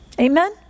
Amen